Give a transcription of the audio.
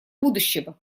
будущего